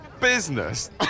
Business